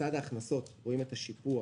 בצד ההכנסות רואים את השיפוע